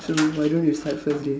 so why don't you start first dey